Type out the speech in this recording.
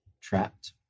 trapped